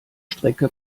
strecke